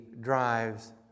drives